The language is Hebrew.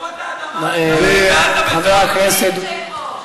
חלקות האדמה כבר תפוסות,